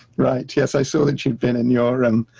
right. yes, i saw that you'd been in your room,